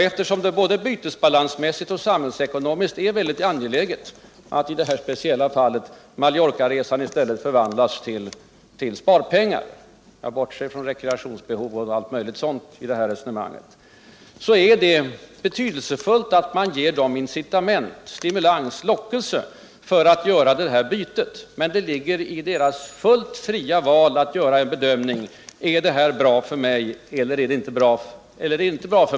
Eftersom det både bytesbalansmässigt och samhällsekonomiskt är mycket angeläget att i detta speciella fall Mallorcaresan förvandlas till sparpengar — jag bortser från rekreationsbehov m.m. i detta resonemang — så är det betydelsefullt att man ger dem incitament, stimulanser och lockelser tull att göra detta byte. Men det ligger i deras fullt fria val att göra en bedömning: Är detta bra för mig eller är det inte bra?